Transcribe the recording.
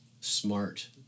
smart